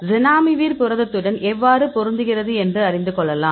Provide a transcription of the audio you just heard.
ஜனாமிவிர் புரதத்துடன் எவ்வாறு பொருந்துகிறது என்று அறிந்து கொள்ளலாம்